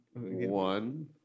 One